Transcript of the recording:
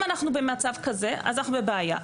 אם אנחנו במצב כזה אז אנחנו בבעיה,